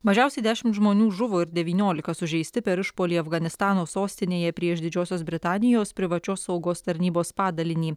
mažiausiai dešimt žmonių žuvo ir devyniolika sužeisti per išpuolį afganistano sostinėje prieš didžiosios britanijos privačios saugos tarnybos padalinį